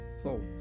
thoughts